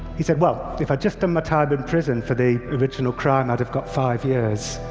he said, well, if i'd just done my time in prison for the original crime, i'd have got five years.